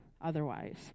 otherwise